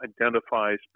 identifies